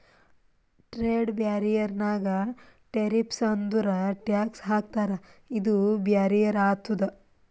trade barrier ನಾಗ್ tariffs ಅಂದುರ್ tax ಹಾಕ್ತಾರ ಇದು ಬ್ಯಾರಿಯರ್ ಆತುದ್